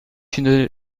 une